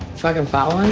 feigenbaum.